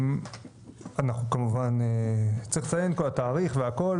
אנחנו כמובן, צריך לצין ה את התאריך והכל